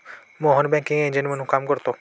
Mohan banking agent म्हणून काम करतो